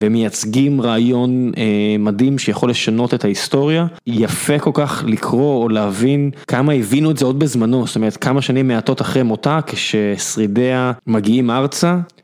ומייצגים רעיון מדהים שיכול לשנות את ההיסטוריה, יפה כל כך לקרוא או להבין כמה הבינו את זה עוד בזמנו, זאת אומרת כמה שנים מעטות אחרי מותה כששרידיה מגיעים ארצה.